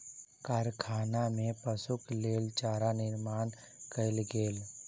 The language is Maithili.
कारखाना में पशुक लेल चारा निर्माण कयल गेल